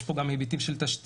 יש פה גם היבטים של תשתיות,